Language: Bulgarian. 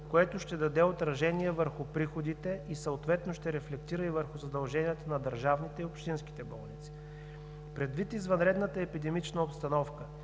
което ще даде отражение върху приходите, съответно ще рефлектира и върху задълженията на държавните и общинските болници. Предвид извънредната епидемична обстановка